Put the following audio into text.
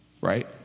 Right